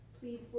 please